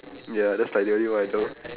ya that's like the only one I know